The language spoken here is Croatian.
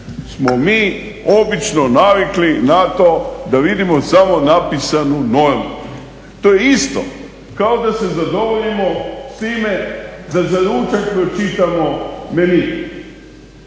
smo mi obično navikli na to da vidimo samo napisanu normu. To je isto kao da se zadovoljimo s time da za ručak pročitamo menu.